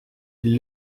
ils